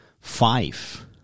Five